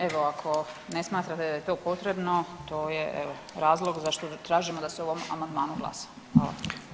Evo ako ne smatrate da je to potrebno evo to je razlog zašto tražimo da se o ovom amandmanu glasa.